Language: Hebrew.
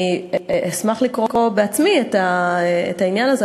אני אשמח לקרוא בעצמי את הדוח הזה,